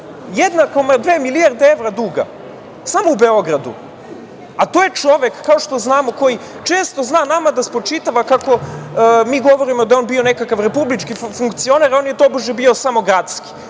evra, 1,2 milijarde evra samo u Beogradu. To je čovek, kao što znamo, koji često zna nama da spočitava kako mi govorimo da je on bio nekakav republički funkcioner, a on je tobože bio samo gradski.